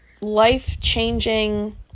life-changing